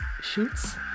shoots